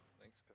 Thanks